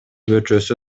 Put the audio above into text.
көчөсү